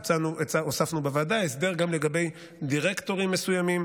הוספנו בוועדה הסדר גם לגבי דירקטורים מסוימים